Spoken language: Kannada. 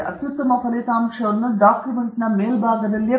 ನಿಮ್ಮ ಅತ್ಯುತ್ತಮ ಫಲಿತಾಂಶವನ್ನು ನೀವು ಬಿಟ್ಟುಕೊಡುವ ಡಾಕ್ಯುಮೆಂಟ್ನ ಮೇಲ್ಭಾಗದಲ್ಲಿಯೇ